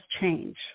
change